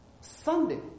Sunday